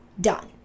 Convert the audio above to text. done